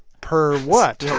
per what?